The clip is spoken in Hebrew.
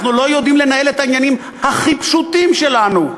אנחנו לא יודעים לנהל את העניינים הכי פשוטים שלנו.